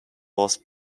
was